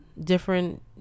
different